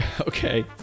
Okay